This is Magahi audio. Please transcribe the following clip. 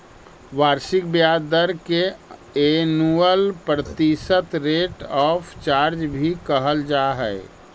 वार्षिक ब्याज दर के एनुअल प्रतिशत रेट ऑफ चार्ज भी कहल जा हई